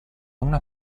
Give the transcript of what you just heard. una